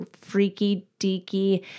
freaky-deaky